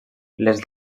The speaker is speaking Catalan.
les